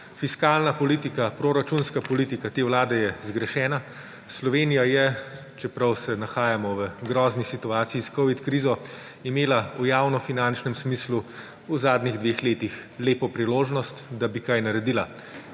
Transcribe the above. Fiskalna politika, proračunska politika te vlade je zgrešena. Slovenija je, čeprav se nahajamo v grozni situaciji s covid krizo, imela v javnofinančnem smislu v zadnjih dveh letih lepo priložnost, da bi kaj naredila,